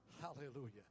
Hallelujah